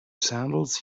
sandals